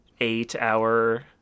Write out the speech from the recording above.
eight-hour